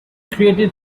created